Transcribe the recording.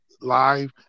live